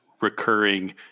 recurring